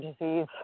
disease